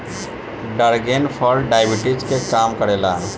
dragon फल diabetes के कम करेला